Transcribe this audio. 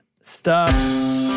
stop